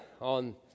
on